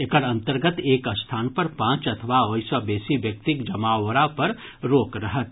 एकर अंतर्गत एक स्थान पर पांच अथवा ओहि सँ बेसी व्यक्तिक जमावड़ा पर रोक रहत